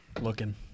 looking